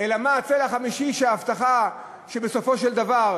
אלא מה, הצלע החמישית היא ההבטחה, ובסופו של דבר,